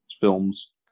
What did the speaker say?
films